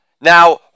Now